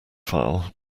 file